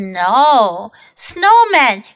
,Snow,Snowman